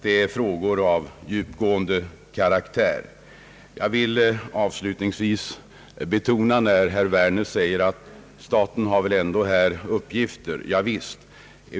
Det är frågor av djupgående karaktär. Herr Werner säger att staten väl ändå har uppgifter här. Javisst!